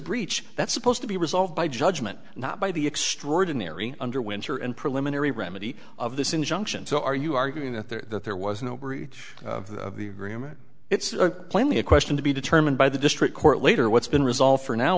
breach that's supposed to be resolved by judgment not by the extraordinary under winter and preliminary remedy of this injunction so are you arguing that there was no breach of the agreement it's plainly a question to be determined by the district court later what's been resolved for now